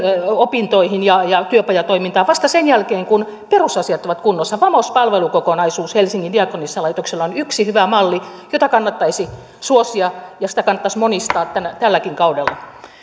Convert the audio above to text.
opintoihin ja ja työpajatoimintaan vasta sen jälkeen kun perusasiat ovat kunnossa vamos palvelukokonaisuus helsingin diakonissalaitoksella on yksi hyvä malli jota kannattaisi suosia ja sitä kannattaisi monistaa tälläkin kaudella